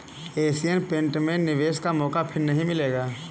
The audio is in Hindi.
एशियन पेंट में निवेश का मौका फिर नही मिलेगा